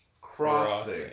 Crossing